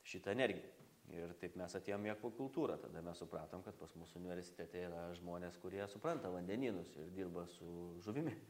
šitą energij ir taip mes atėjom į akvakultūrą tada mes supratom kad pas mus universitete yra žmonės kurie supranta vandenynus ir dirba su žuvimi